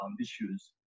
issues